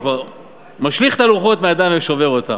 הוא כבר משליך את הלוחות מהידיים ושובר אותם.